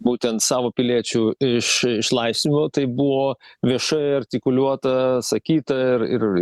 būtent savo piliečių iš išlaisvinimų tai buvo viešai artikuliuota sakyta ir ir